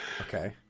okay